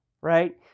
right